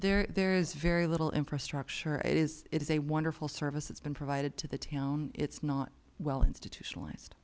know there's very little infrastructure it is it is a wonderful service it's been provided to the town it's not well institutionalized